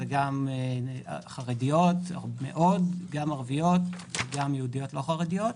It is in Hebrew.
גם חרדיות וערביות ויהודיות לא חרדיות.